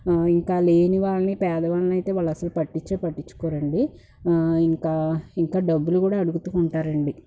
ఇంకా లేని వాళ్ళని పేదవాళ్లనైతే వాళ్ళు అసలుకి పట్టించే పట్టించుకోరండి ఇంకా డబ్బులు కూడా అడుగుతూ ఉంటారండి